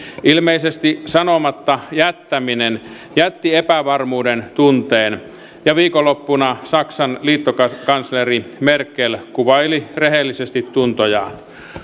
ilmeisesti sanomatta jättäminen jätti epävarmuuden tunteen ja viikonloppuna saksan liittokansleri merkel kuvaili rehellisesti tuntojaan